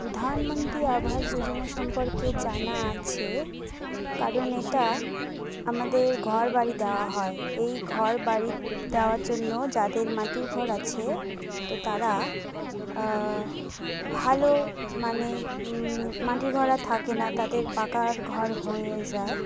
প্রধানমন্ত্রী আবাস যোজনা সম্পর্কে জানা আছে কারণ এটা আমাদের ঘর বাড়ি দেওয়া হয় এই ঘর বাড়ি দেওয়ার জন্য যাদের মাটির ঘর আছে তো তারা ভালো মানে মাটির ঘর আর থাকে না তাদের পাকার ঘর হয়ে যায়